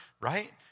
right